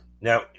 now